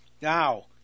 Now